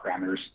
parameters